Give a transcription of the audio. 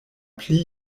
pli